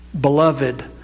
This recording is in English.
beloved